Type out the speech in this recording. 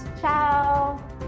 Ciao